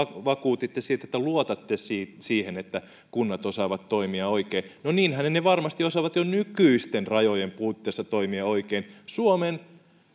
vakuutitte että luotatte siihen että kunnat osaavat toimia oikein no nehän varmasti osaavat jo nykyisten rajojen puitteissa toimia oikein suomen